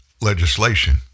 legislation